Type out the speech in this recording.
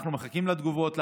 ואנחנו מחכים לתגובות,